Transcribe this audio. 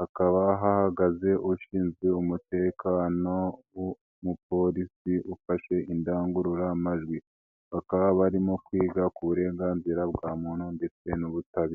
hakaba hahagaze ushinzwe umutekano w'umupolisi ufashe indangururamajwi. Bakaba barimo kwiga ku burenganzira bwa muntu ndetse n'ubutabera.